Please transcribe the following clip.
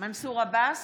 מנסור עבאס,